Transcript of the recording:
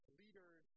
leaders